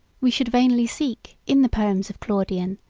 we should vainly seek, in the poems of claudian,